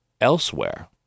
Elsewhere